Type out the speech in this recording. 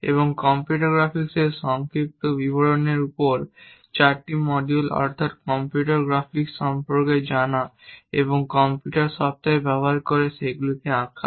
এবং কম্পিউটার গ্রাফিক্সের সংক্ষিপ্ত বিবরণের উপর 4টি মডিউল অর্থাৎ কম্পিউটার গ্রাফিক্স সম্পর্কে জানা এবং কম্পিউটার সফ্টওয়্যার ব্যবহার করে সেগুলি আঁকা